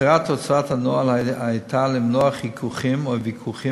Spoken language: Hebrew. מטרת הוצאת הנוהל הייתה למנוע חיכוכים או ויכוחים